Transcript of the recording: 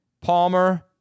Palmer